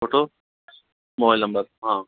photo mobile number हाँ